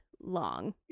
long